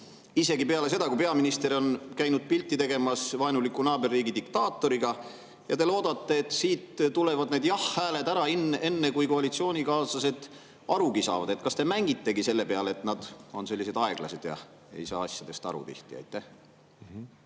isegi peale seda, kui peaminister on käinud endast pilti tegemas koos vaenuliku naaberriigi diktaatoriga, ja te loodate, et siit tulevad need jah-hääled, enne kui koalitsioonikaaslased arugi saavad? Kas te mängitegi selle peale, et nad on sellised aeglased ja tihti ei saa asjadest aru?